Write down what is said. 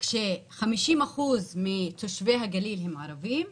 כש-50% מתושבי הגליל הם ערבים,